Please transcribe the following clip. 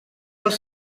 els